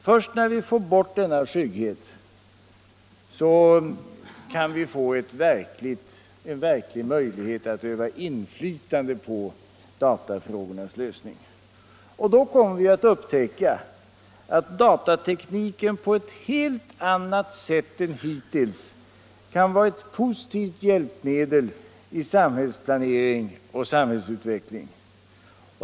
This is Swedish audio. Först när vi får bort denna skygghet, kan vi få en verklig möjlighet till inflytande på datafrågornas lösning. Då kommer vi att upptäcka att datatekniken på ett helt annat sätt än hittills kan vara ett positivt hjälpmedel i samhällsplanering och samhällsutveckling.